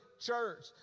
church